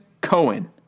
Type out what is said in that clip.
Cohen